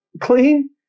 clean